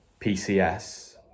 PCS